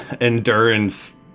endurance